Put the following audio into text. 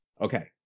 okay